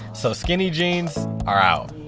so skinny jeans are out.